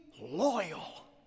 loyal